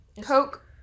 Coke